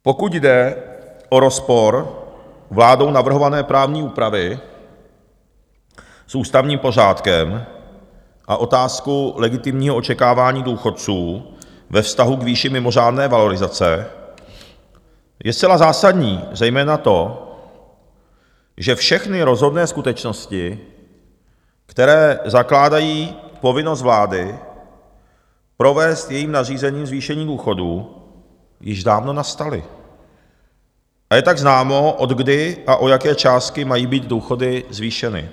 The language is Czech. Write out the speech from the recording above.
Pokud jde o rozpor vládou navrhované právní úpravy s ústavním pořádkem a otázku legitimního očekávání důchodců ve vztahu k výši mimořádné valorizace, je zcela zásadní zejména to, že všechny rozhodné skutečnosti, které zakládají povinnost vlády provést jejím nařízením zvýšení důchodů, již dávno nastaly, a je tak známo, odkdy a o jaké částky mají být důchody zvýšeny.